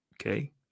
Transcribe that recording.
okay